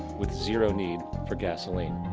with zero need for gasoline.